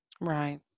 Right